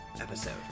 episode